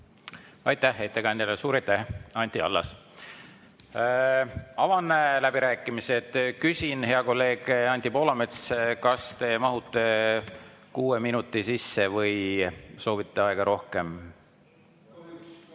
Aitäh ettekandjale! Suur aitäh, Anti Allas! Avan läbirääkimised. Küsin, hea kolleeg Anti Poolamets, kas te mahute kuue minuti sisse või soovite rohkem aega?